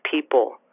people